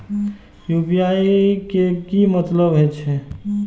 UPI के की मतलब हे छे?